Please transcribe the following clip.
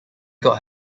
got